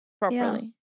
properly